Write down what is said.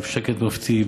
בשקט מופתי,